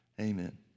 Amen